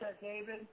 David